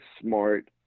smart